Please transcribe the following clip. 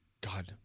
God